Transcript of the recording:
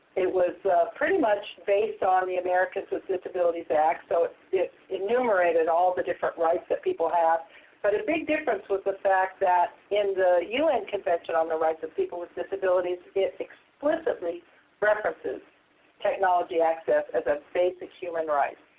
it was pretty much based on the americans with disabilities act so it it enumerated all the different rights that people have. but a big difference was the fact that in the un convention on the rights of people with disabilities, it explicitly references technology access as a basic human right.